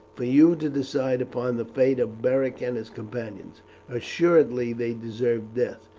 for you to decide upon the fate of beric and his companions assuredly they deserve death,